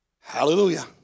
Hallelujah